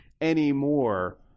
anymore